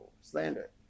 slander